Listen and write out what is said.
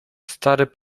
stary